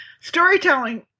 storytelling